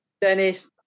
Dennis